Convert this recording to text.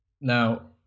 Now